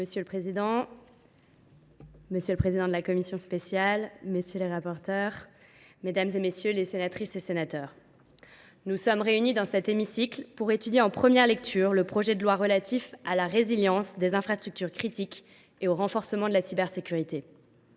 Monsieur le président, monsieur le président de la commission spéciale, messieurs les rapporteurs, mesdames, messieurs les sénateurs, nous sommes réunis dans cet hémicycle pour examiner en première lecture le projet de loi relatif à la résilience des infrastructures critiques et au renforcement de la cybersécurité.